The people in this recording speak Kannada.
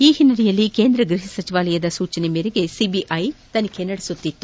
ಈ ಹಿನ್ನೆಲೆಯಲ್ಲಿ ಕೇಂದ್ರ ಗ್ಬಹ ಸಚಿವಾಲಯದ ಸೂಚನೆ ಮೇರೆಗೆ ಸಿಬಿಐ ತನಿಖೆ ನಡೆಸುತ್ತಿತ್ತು